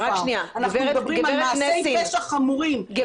אלא אנחנו מדברים על מעשי פשע חמורים,